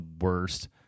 worst